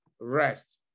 Rest